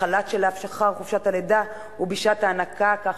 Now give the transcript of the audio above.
בחל"ת שלאחר חופשת הלידה ובשעת ההנקה כך